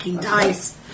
dice